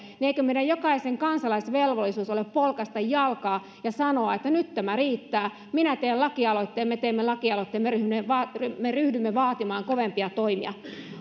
niin eikö meidän jokaisen kansalaisvelvollisuus ole polkaista jalkaa ja sanoa että nyt tämä riittää minä teen lakialoitteen me teemme lakialoitteen me ryhdymme vaatimaan kovempia toimia